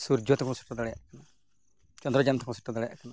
ᱥᱩᱨᱡᱚ ᱛᱮᱵᱚᱱ ᱥᱮᱴᱮᱨ ᱫᱟᱲᱮᱭᱟᱜ ᱠᱟᱱᱟ ᱪᱚᱱᱫᱨᱚᱡᱟᱱ ᱛᱮᱦᱚᱸ ᱵᱚᱱᱥᱮᱴᱮᱨ ᱫᱟᱲᱮᱭᱟᱜ ᱠᱟᱱᱟ